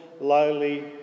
lowly